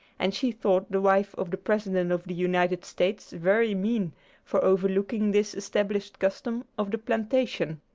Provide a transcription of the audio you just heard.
and she thought the wife of the president of the united states very mean for overlooking this established custom of the plantation.